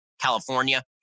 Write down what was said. California